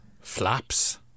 Flaps